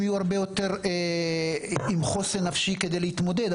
הם יהיו הרבה יותר עם חוסן נפשי כדי להתמודד.